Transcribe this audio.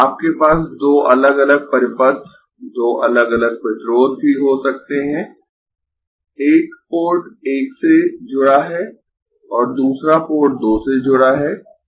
आपके पास दो अलग अलग परिपथ दो अलग अलग प्रतिरोध भी हो सकते है एक पोर्ट 1 से जुड़ा है और दूसरा पोर्ट 2 से जुड़ा है